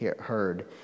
heard